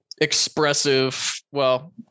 expressive—well